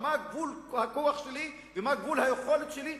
מה גבול הכוח שלי ומה גבול היכולת שלי,